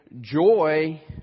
joy